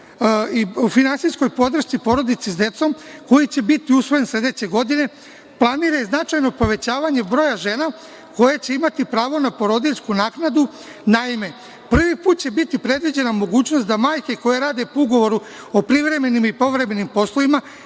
i finansijskoj podršci porodici sa decom koji će biti usvojen sledeće godine, planira i značajno povećavanje broja žena koje će imati pravo na porodiljsku naknadu. Naime, prvi put će biti predviđena mogućnost da majke koje rade po Ugovoru o privremenim i povremenim poslovima,